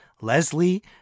Leslie